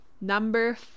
Number